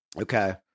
Okay